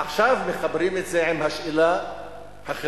עכשיו מחברים את זה עם השאלה החברתית.